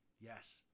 Yes